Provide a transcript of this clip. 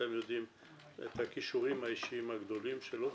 ואתם יודעים את הכישורים האישיים הגדולים שלו,